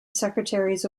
secretaries